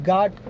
God